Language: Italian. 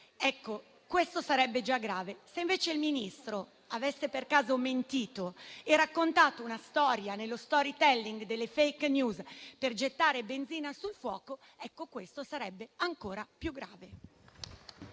come stanno le cose. Se invece il Ministro avesse per caso mentito e raccontato una storia nello *storytelling* delle *fake news* per gettare benzina sul fuoco, questo sarebbe ancora più grave.